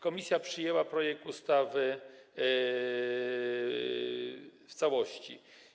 Komisja przyjęła projekt ustawy w całości.